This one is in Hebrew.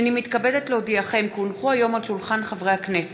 הנני מתכבדת להודיעכם כי הונחו היום על שולחן הכנסת,